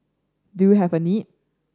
do you have a need